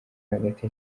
hagati